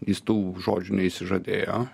jis tų žodžių neišsižadėjo